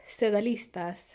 Sedalistas